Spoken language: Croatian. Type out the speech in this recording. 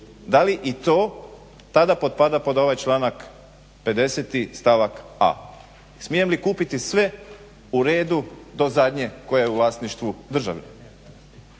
Da li i to tada potpada pod ovaj članak 50. stavak a. Smijem li kupiti sve u redu do zadnje koja je u vlasništvu države.